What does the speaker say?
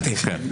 הבנתי.